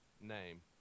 name